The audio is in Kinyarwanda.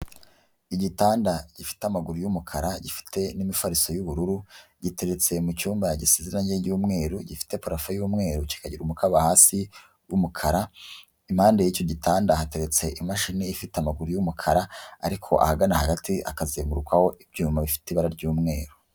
Igitanda gifite amaguru yumukara, gifite n'imifariso y'ubururu, giteretse mu cyumba gisize irange ry'umweru, gifite parafo y'umweru, kikagira umukara hasi w'umukaba. Impande y'icyo gitanda hateretse imashini ifite amaguru y'umukara, ariko ahagana hagati akazengurukaho ibyuma bifite ibara ry'umweru.